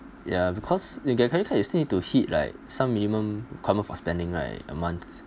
ya because you get credit card still need to hit right some minimum requirement for spending right a month